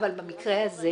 אבל במקרה הזה,